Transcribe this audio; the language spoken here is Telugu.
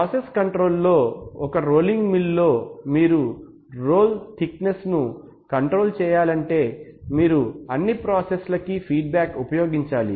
ప్రాసెస్ కంట్రోల్ లో ఒక రోలింగ్ మిల్ లో మీరు రోల్ థిక్ నెస్ ను కంట్రోల్ చేయాలంటే మీరు అన్నీ ప్రోసెస్ లకి ఫీడ్ బాక్ ఉపయోగించాలి